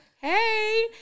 hey